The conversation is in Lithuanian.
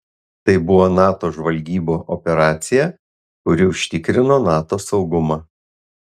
tai buvo nato žvalgybų operacija kuri užtikrino nato saugumą